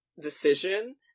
decision